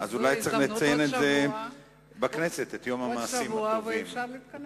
אז אולי נציין בכנסת את "יום המעשים הטובים".